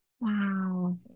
Wow